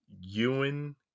ewan